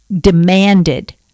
demanded